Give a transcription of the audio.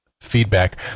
feedback